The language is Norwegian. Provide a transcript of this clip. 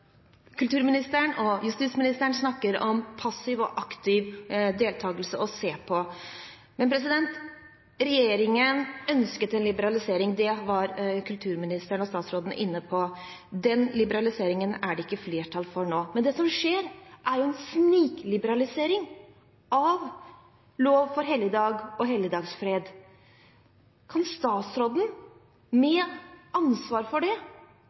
kulturministeren og justisministeren snakker om passiv og aktiv deltakelse og om å se på. Men regjeringen ønsket en liberalisering, det var kulturministeren og statsråd Anundsen inne på. Den liberaliseringen er det ikke flertall for nå. Men det som skjer, er en snikliberalisering av lov om helligdager og helligdagsfred. Kan statsråden med ansvar for